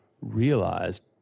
realized